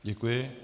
Děkuji.